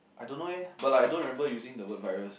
I don't know eh but like I don't remember using the word virus